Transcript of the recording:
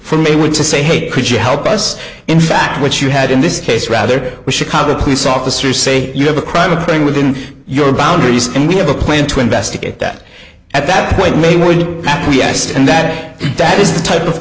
for me were to say hey could you help us in fact which you had in this case rather the chicago police officers say you have a crime of being within your boundaries and we have a plan to investigate that at that point may would be yes and that that is the type of